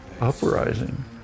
uprising